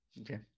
okay